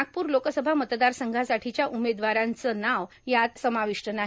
नागपूर लोकसभा मतदार संघासाठीच्या उमेदवारांचं नावाचा यात समावेश नाही